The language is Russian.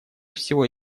всего